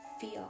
feel